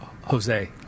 Jose